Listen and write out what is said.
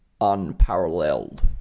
unparalleled